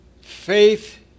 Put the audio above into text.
Faith